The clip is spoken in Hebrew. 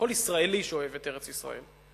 כל ישראלי שאוהב את ארץ-ישראל.